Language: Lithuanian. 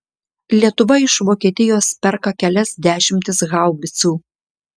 lietuva iš vokietijos perka kelias dešimtis haubicų